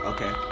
Okay